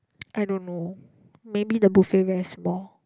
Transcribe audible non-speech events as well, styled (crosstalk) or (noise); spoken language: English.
(noise) I don't know maybe the buffet very small